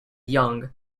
young